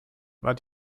war